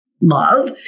love